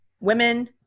women